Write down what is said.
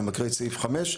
אני מקריא את סעיף 5,